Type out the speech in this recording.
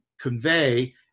convey